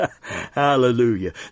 Hallelujah